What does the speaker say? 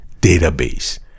database